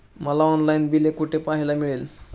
मला online bill कुठे पाहायला मिळेल?